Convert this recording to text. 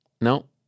No